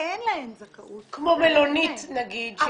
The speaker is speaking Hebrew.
אין להן זכאות --- כמו מלונית, נגיד.